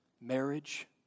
marriage